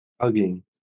hugging